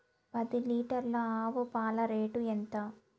పది లీటర్ల ఆవు పాల రేటు ఎంత?